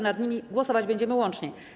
Nad nimi głosować będziemy łącznie.